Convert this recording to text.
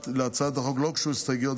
להצעת החוק לא הוגשו הסתייגויות,